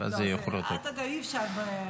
אי-אפשר.